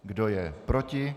Kdo je proti?